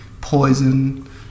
Poison